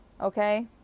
Okay